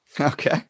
Okay